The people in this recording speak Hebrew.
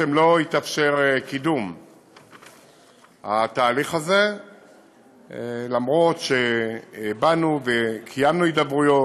בעצם לא התאפשר קידום התהליך, אף שקיימנו הידברות